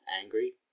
angry